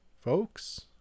folks